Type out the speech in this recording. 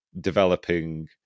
developing